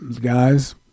guys